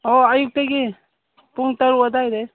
ꯑꯣ ꯑꯌꯨꯛꯇꯒꯤ ꯄꯨꯡ ꯇꯔꯨꯛ ꯑꯗꯥꯏꯗꯒꯤ